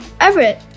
Everett